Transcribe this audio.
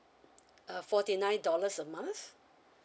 uh forty nine dollars a month